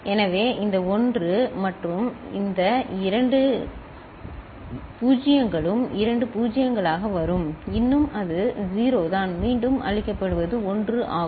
எனவே இந்த 1 மற்றும் இந்த இரண்டு 0 களும் இரண்டு 0 களாக வரும் இன்னும் அது 0 தான் மீண்டும் அளிக்கப்படுவது 1 ஆகும்